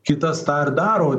kitas tą ir daro